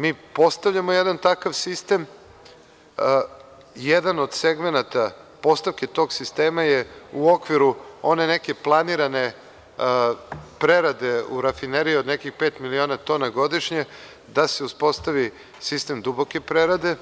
Mi postavljamo jedan takav sistem i jedan od segmenata postavke tog sistema je u okviru one neke planirane prerade u rafineriji od nekih pet miliona tona godišnje, da se uspostavi sistem duboke prerade, a